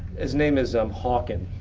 his name is um hawken,